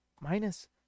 Minus